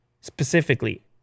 specifically